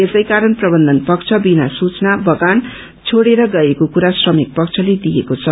यसै क्वरण प्रबन्धन पक्ष बिना सूचना बगान छोडेर गएको कुरा श्रमिक प्रबले दिएको छ